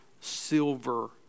silver